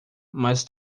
mas